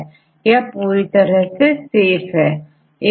इसी तरह कई दूसरे न्यूट्रिएंट्स प्रोटीन है